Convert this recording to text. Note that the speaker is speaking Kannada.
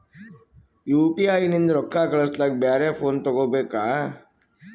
ಯು.ಪಿ.ಐ ನಿಂದ ರೊಕ್ಕ ಕಳಸ್ಲಕ ಬ್ಯಾರೆ ಫೋನ ತೋಗೊಬೇಕ?